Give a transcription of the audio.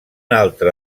altre